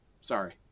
sorry